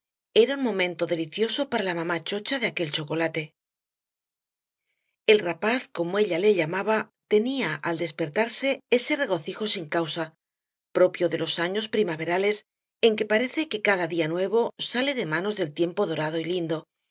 era un momento delicioso para la mamá chocha aquel del chocolate el rapaz como ella le llamaba tenía al despertarse ese regocijo sin causa propio de los años primaverales en que parece que cada día nuevo sale de manos del tiempo dorado y lindo